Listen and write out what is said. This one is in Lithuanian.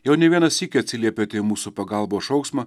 jau ne vieną sykį atsiliepėte į mūsų pagalbos šauksmą